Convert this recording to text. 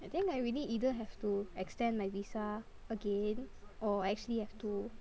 I think I really either have to extend my visa again or actually have to